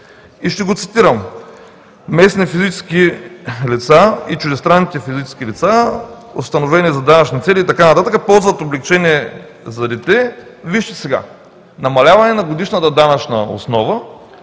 Ще го цитирам: „местни физически лица и чуждестранните физически лица, установени за данъчни цели“, и така нататък, „ползват облекчение за дете“. Вижте сега, намаляване на годишната данъчна основа